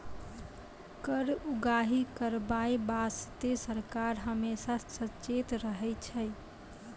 कर उगाही करबाय बासतें सरकार हमेसा सचेत रहै छै